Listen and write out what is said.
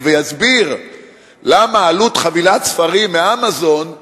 ויסביר למה עלות חבילת ספרים מ"אמזון"